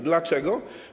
Dlaczego?